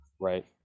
right